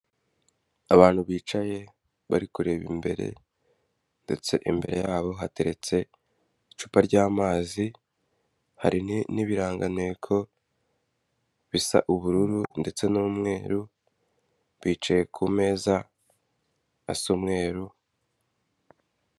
Abantu bicaye, bari kureba imbere ndetse imbere yabo hateretse icupa ryamazi, hari n'ibirangantego bisa ubururu ndetse n'umweru, bicaye ku meza asa umweru.